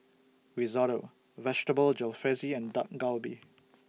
Risotto Vegetable Jalfrezi and Dak Galbi